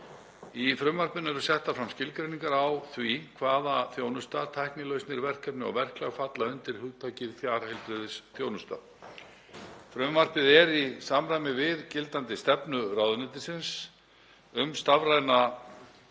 Í frumvarpinu eru settar fram skilgreiningar á því hvaða þjónusta, tæknilausnir, verkefni og verklag falla undir hugtakið fjarheilbrigðisþjónusta. Frumvarpið er í samræmi við gildandi stefnu ráðuneytisins um stafræna